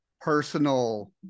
personal